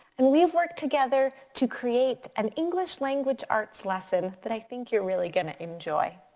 and we've worked together to create an english language arts lesson that i think you're really gonna enjoy.